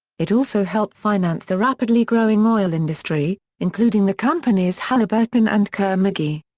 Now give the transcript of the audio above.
it also helped finance the rapidly growing oil industry, including the companies halliburton and kerr-mcgee.